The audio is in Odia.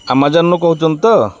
ଆମାଜନ୍ରୁ କହୁଛନ୍ତି ତ